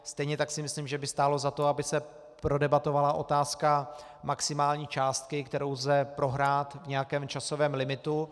Stejně tak si myslím, že by stálo za to, aby se prodebatovala otázka maximální částky, kterou lze prohrát v nějakém časovém limitu.